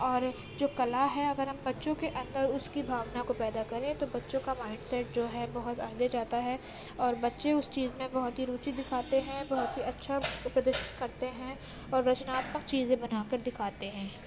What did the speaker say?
اور جو کلا ہے اگر ہم بچوں کے اندر اس کی بھاونا کو پیدا کریں تو بچوں کا مائنڈ سیٹ جو ہے بہت آگے جاتا ہے اور بچے اس چیز میں بہت ہی روچی دکھاتے ہیں بہت ہی اچھا پردرشن کرتے ہیں اور رچناتمک چیزیں بنا کر دکھاتے ہیں